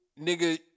nigga